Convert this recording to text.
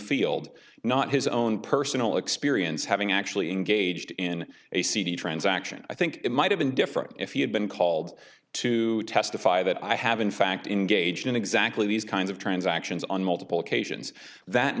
field not his own personal experience having actually engaged in a cd transaction i think it might have been different if he had been called to testify that i have in fact engaged in exactly these kinds of transactions on multiple occasions that